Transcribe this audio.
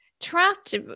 trapped